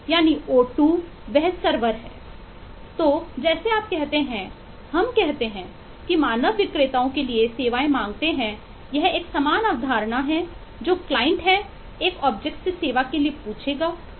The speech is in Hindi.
तो जैसे आप कहते हैं हम कहते हैं कि मानव विक्रेताओं के लिए सेवाएं मांगते हैं यह एक समान अवधारणा है जो क्लाइंट से सेवा के लिए पूछेंगे